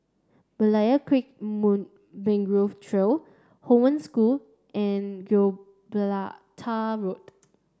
Berlayer Creek Mangrove Trail Hong Wen School and Gibraltar Road